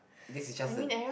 this is just a